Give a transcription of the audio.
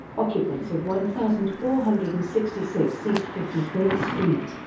occupants of one thousand four hundred and sixty six east fifty fourth street,